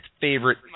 favorite